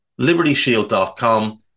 libertyshield.com